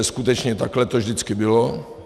Skutečně takhle to vždycky bylo.